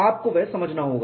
आपको वह समझना होगा